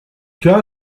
cas